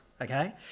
okay